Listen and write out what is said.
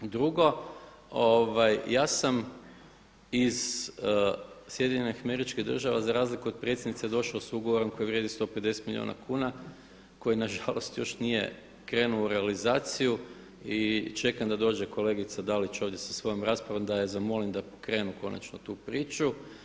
Drugo, ja sam iz Sjedinjenih Američkih Država za razliku od predsjednice došao s ugovorom koji vrijedi 150 milijuna kuna koji nažalost još nije krenuo u realizaciju i čekam da dođe kolegica Dalić ovdje sa svojom raspravom da je zamolim da pokrenu konačno tu priču.